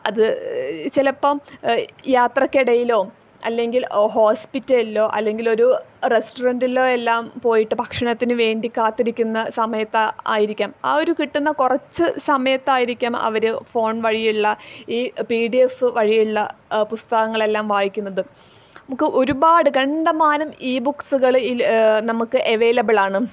അത് ചിലപ്പോൾ യാത്രക്കിടയിലോ അല്ലെങ്കിൽ ഹോസ്പിറ്റലിലോ അല്ലെങ്കിൽ ഒരു റെസ്റ്ററൻറ്റിലോ എല്ലാം പോയിട്ട് ഭക്ഷണത്തിന് വേണ്ടി കാത്തിരിക്കുന്ന സമയത്ത് ആയിരിക്കാം ആ ഒരു കിട്ടുന്ന കുറച്ച് സമയത്തായിരിക്കം അവർ ഫോൺ വഴി ഉള്ള ഈ പി ഡി എഫ് വഴി ഉള്ള പുസ്തകങ്ങളെല്ലാം വായിക്കുന്നത് നമുക്ക് ഒരുപാട് കണ്ടമാനം ഈ ബുക്സുകള് നമുക്ക് അവൈലബിൾ ആണ്